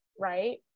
right